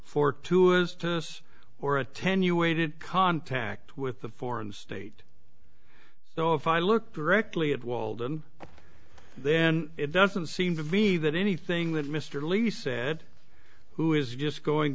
for two is to this or attenuated contact with the foreign state so if i look directly at walden then it doesn't seem to be that anything that mr lee's said who is just going